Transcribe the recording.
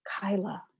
Kyla